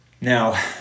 Now